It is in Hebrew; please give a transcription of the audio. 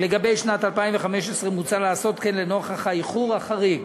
לשנת 2015 מוצע לעשות כן לנוכח האיחור החריג